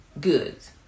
goods